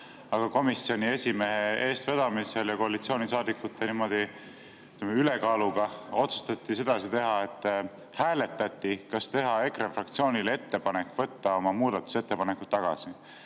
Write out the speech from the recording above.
Aga komisjoni esimehe eestvedamisel ja koalitsioonisaadikute ülekaaluga otsustati teha sedasi, et hääletati, kas teha EKRE fraktsioonile ettepanek võtta oma muudatusettepanekud tagasi.